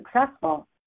successful